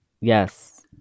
Yes